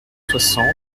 soixante